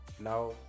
Now